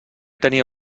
tenia